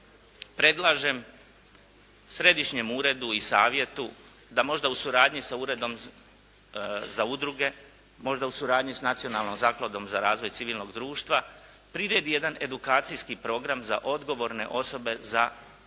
predlažem Središnjem uredu i savjetu, da možda u suradnji sa Uredom za udruge, možda u suradnji sa Nacionalnom zakladom za razvoj civilnog društva priredi jedan edukacijski program za odgovorne osobe za